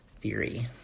theory